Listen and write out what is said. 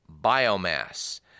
biomass